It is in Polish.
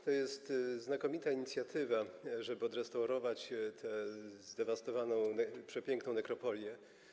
To jest znakomita inicjatywa, żeby odrestaurować tę zdewastowaną, przepiękną nekropolię.